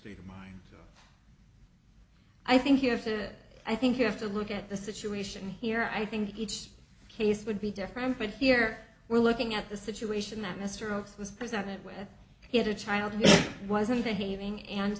of mind i think you have to i think you have to look at the situation here i think each case would be different but here we're looking at the situation that mr oakes was presented with he had a child he wasn't behaving and